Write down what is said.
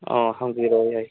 ꯑꯥ ꯍꯪꯕꯤꯔꯛꯑꯣ ꯌꯥꯏ